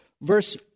verse